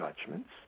judgments